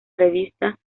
revista